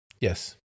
Yes